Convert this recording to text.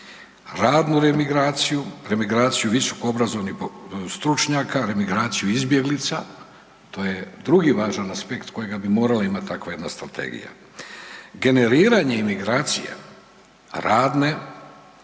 radnu remigraciju, remigraciju visoko obrazovnih stručnjaka, remigraciju izbjeglica to je drugi važan aspekt kojega bi morala imati takva jedna strategija. Generiranje imigracija radne,